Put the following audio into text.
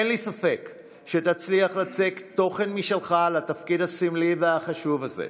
אין לי ספק שתצליח לצקת תוכן משלך לתפקיד הסמלי והחשוב הזה,